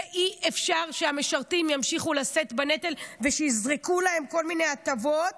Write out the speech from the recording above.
ואי-אפשר שהמשרתים ימשיכו לשאת בנטל ושיזרקו להם כל מיני הטבות